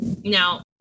Now